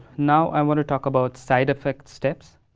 now, i want to talk about side-effect steps.